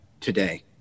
today